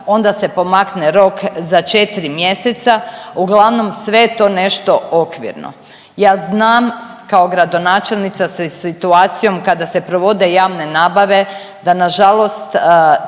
onda se pomakne rok za četri mjeseca, uglavnom sve je to nešto okvirno. Ja znam kao gradonačelnica sa situacijom kada se provode javne nabave da nažalost